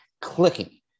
clicking